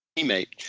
teammate,